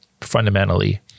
fundamentally